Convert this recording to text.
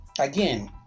Again